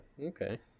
okay